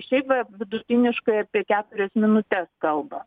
šiaip va vidutiniškai apie keturias minutes kalba